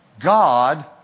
God